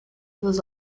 dos